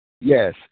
Yes